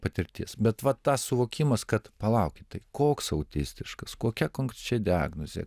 patirties bet va tas suvokimas kad palaukit tai koks autistiškas kokia konkrečia diagnoze